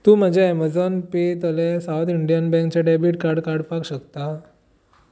तूं म्हजें अमेझॉन पेतलें सावथ इंडियन बँकचें डेबीट कार्ड काडपाक शकता